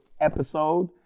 episode